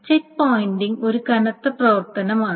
check pointing ഒരു കനത്ത പ്രവർത്തനമാണ്